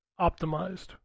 optimized